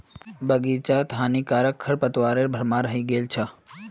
बग़ीचात हानिकारक खरपतवारेर भरमार हइ गेल छ